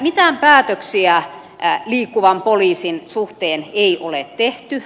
mitään päätöksiä liikkuvan poliisin suhteen ei ole tehty